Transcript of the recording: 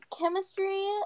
Chemistry